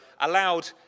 allowed